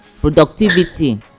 productivity